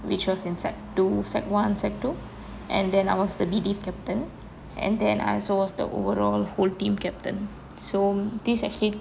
which was in sec two sec one sec two and then I was the B div captain and then I also was the overall whole team captain so these actually